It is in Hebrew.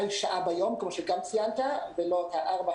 יש קשיים כי אתם יודעים שגם החברות שנמצאות בקשר עם הרשות